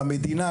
למדינה,